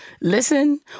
listen